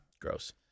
Gross